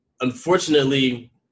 unfortunately